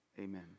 Amen